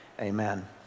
Amen